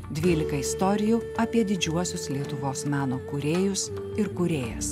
dvylika istorijų apie didžiuosius lietuvos meno kūrėjus ir kūrėjas